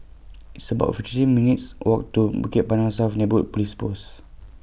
It's about fifty three minutes' Walk to Bukit Panjang South Neighbourhood Police Post